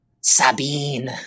Sabine